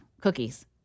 cookies